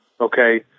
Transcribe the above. okay